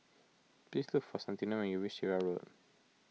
please look for Santino when you reach Sirat Road